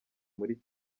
muri